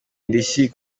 indishyi